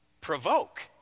Provoke